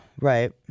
Right